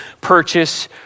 purchase